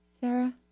Sarah